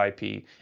IP